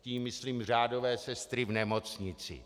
Tím myslím řádové sestry v nemocnicích.